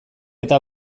eta